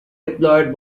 deployed